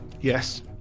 Yes